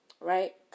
right